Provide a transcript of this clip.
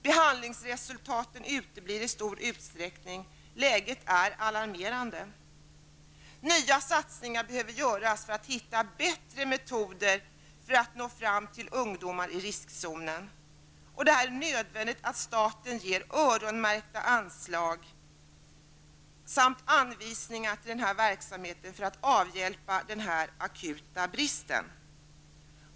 Behandlingsresultaten uteblir i stor utsträckning. Läget är alarmerande. Nya satsningar behöver göras för att hitta bättre metoder för att nå fram till ungdomar i riskzonen. Det är nödvändigt att staten ger öronmärkta anslag samt anvisningar till denna verksamhet för att avhjälpa den akuta bristen.